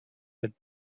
with